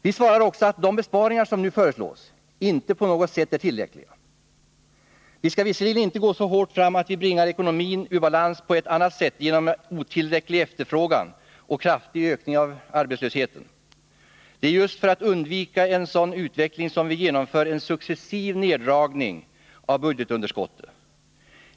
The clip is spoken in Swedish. Vi svarar också att de besparingar som nu föreslås inte på något sätt är tillräckliga. Vi skall visserligen inte gå så hårt fram att vi bringar ekonomin ur balans på ett annat sätt, genom otillräcklig efterfrågan och kraftig ökning av arbetslösheten. Det är just för att undvika en sådan utveckling som vi genomför en successiv neddragning av budgetunderskottet.